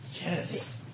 Yes